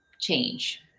change